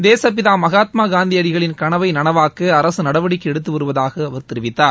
தேசப்பிதா மகாத்மா காந்தியடிகளின் கனவை நனவாக்க அரசு நடவடிக்கை எடுத்து வருவதாக அவர் தெரிவித்தார்